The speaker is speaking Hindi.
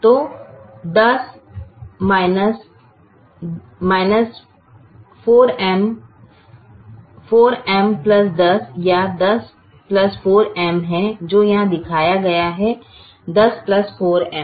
तो 10 4M 4M 10 या 10 4M है जो यहां दिखाया गया है 10 4M